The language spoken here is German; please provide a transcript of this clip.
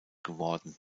geworden